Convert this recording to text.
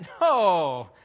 No